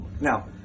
Now